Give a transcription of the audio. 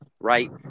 right